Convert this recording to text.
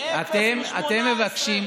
אתם מבקשים,